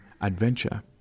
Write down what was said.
adventure